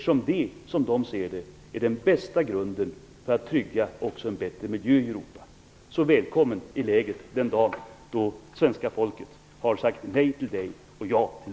Som de ser det är det nämligen den bästa grunden för att också trygga en bättre miljö i Europa. Gudrun Schyman är välkommen i lägret den dag då svenska folket har sagt nej till henne och ja till